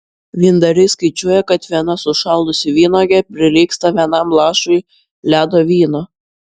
vyndariai skaičiuoja kad viena sušalusi vynuogė prilygsta vienam lašui ledo vyno